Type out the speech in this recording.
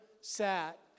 sat